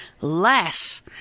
less